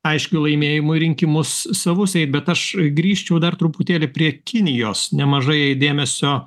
aiškiu laimėjimu į rinkimus savus eit bet aš grįžčiau dar truputėlį prie kinijos nemažai dėmesio